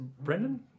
Brendan